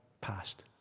passed